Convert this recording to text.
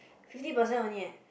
fifty percent only leh